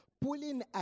Pulling